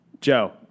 Joe